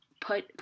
put